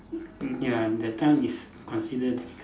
mm ya that time it's considered difficult